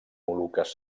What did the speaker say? moluques